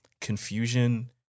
confusion